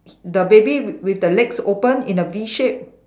the baby with the legs open in a V shape